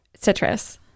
Citrus